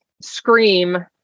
scream